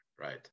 Right